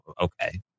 okay